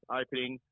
opening